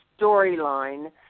storyline